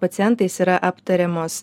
pacientais yra aptariamos